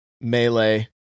melee